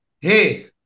Hey